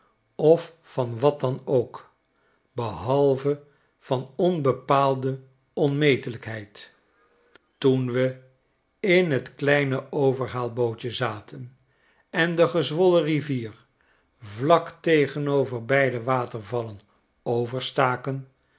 of van wat dan ook behalve van onbepaalde onmetelijkheid toen we in t kleine overhaalbootje zaten en de gezwollen rivier vlak tegenover beide watervallen